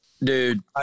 Dude